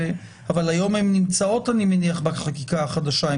אבל היום הן נמצאות אני מניח בחקיקה החדשה.